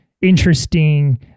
interesting